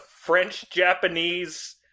French-Japanese